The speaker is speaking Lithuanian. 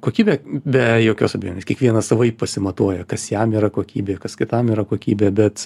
kokybę be jokios abejonės kiekvienas savaip pasimatuoja kas jam yra kokybė kas kitam yra kokybė bet